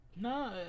No